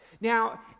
Now